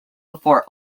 before